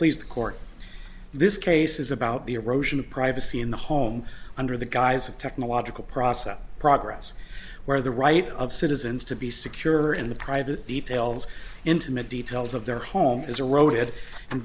please the court this case is about the erosion of privacy in the home under the guise of technological process progress where the right of citizens to be secure in the private details intimate details of their home is a road a